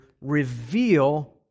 reveal